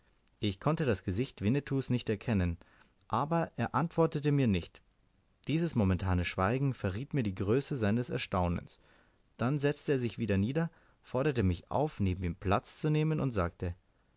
ich konnte das gesicht winnetous nicht erkennen aber er antwortete mir nicht dieses momentane schweigen verriet mir die größe seines erstaunens dann setzte er sich wieder nieder forderte mich auf neben ihm platz zu nehmen und sagte